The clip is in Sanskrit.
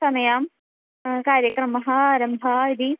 समयं कार्यक्रमम् आरम्भः इति